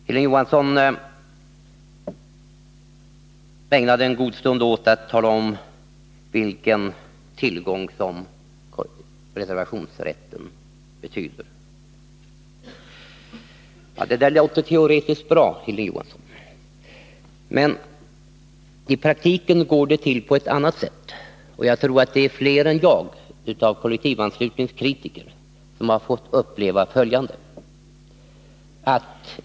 Hilding Johansson ägnade en god stund åt att tala om vilken tillgång reservationsrätten är. I teorin låter det bra, Hilding Johansson, men i praktiken går det till på ett annat sätt. Jag tror att fler än jag av kollektivanslutningskritikerna har fått uppleva följande.